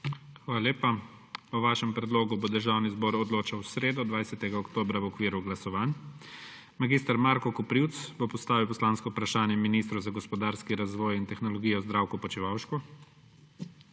Hvala lepa. O vašem predlogu bo Državni zbor odločal v sredo, 20. oktobra, v okviru glasovanj. Mag. Marko Koprivc bo postavil poslansko vprašanje ministru za gospodarski razvoj in tehnologijo Zdravku Počivalšku.